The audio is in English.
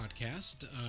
Podcast